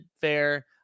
Fair